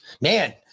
Man